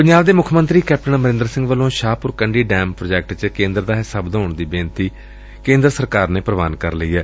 ਪੰਜਾਬ ਦੇ ਮੁੱਖ ਮੰਤਰੀ ਕੈਪਟਨ ਅਮਰੰਦਰ ਵੱਲੋਂ ਸ਼ਾਹਪੁਰ ਕੰਢੀ ਡੈਮ ਪ੍ਰਾਜੈਕਟ ਵਿਚ ਕੇਂਦਰ ਦਾ ਹਿੱਸਾ ਵਧਾਉਣ ਦੀ ਬੇਨਤੀ ਕੇ'ਦਰ ਸਰਕਾਰ ਨੇ ਪ੍ਰਵਾਨ ਕਰ ਲਈ ਏ